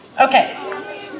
okay